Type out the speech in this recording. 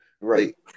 Right